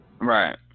Right